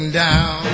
down